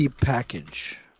package